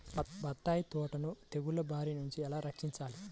బత్తాయి తోటను తెగులు బారి నుండి ఎలా రక్షించాలి?